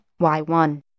Y1